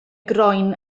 groen